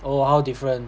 oh how different